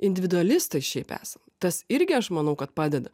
individualistai šiaip esam tas irgi aš manau kad padeda